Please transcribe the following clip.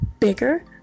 bigger